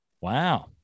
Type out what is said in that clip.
Wow